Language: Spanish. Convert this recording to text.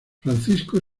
francisco